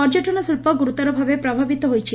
ପର୍ଯ୍ୟଟନ ଶି ୍ବ ଗୁରୁତର ଭାବେ ପ୍ରଭାବିତ ହୋଇଛି